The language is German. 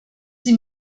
sie